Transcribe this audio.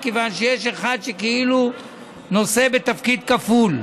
מכיוון שיש אחד שכאילו נושא בתפקיד כפול.